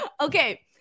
okay